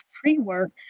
pre-work